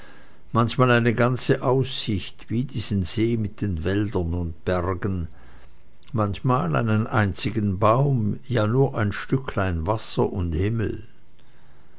manchmal eine ganze aussicht wie diesen see mit den wäldern und bergen manchmal einen einzigen baum ja nur ein stücklein wasser und himmel